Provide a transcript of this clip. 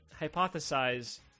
hypothesize